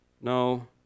No